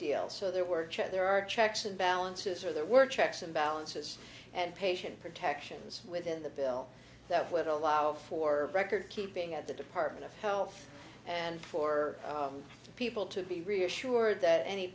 deal so there were there are checks and balances are there were checks and balances and patient protections within the bill that would allow for record keeping at the department of health and for people to be reassured that any